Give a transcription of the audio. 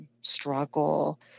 struggle